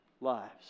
lives